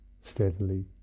steadily